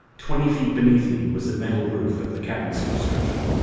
twenty feet beneath me was the metal roof of the cabin superstructure.